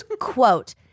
quote